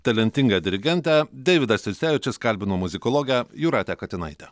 talentingą dirigentę deividas jursevičius kalbino muzikologę jūratę katinaitę